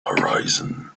horizon